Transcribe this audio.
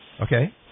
Okay